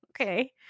okay